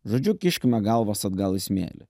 žodžiu kiškime galvas atgal į smėlį